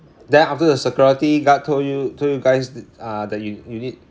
then after the security guard told you told you guys uh that you you need